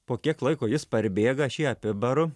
po kiek laiko jis parbėga aš jį apibaru